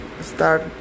start